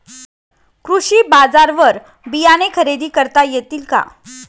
कृषी बाजारवर बियाणे खरेदी करता येतील का?